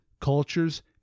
cultures